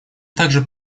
также